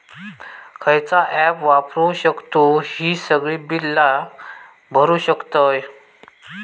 खयचा ऍप वापरू शकतू ही सगळी बीला भरु शकतय?